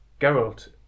Geralt